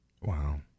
Wow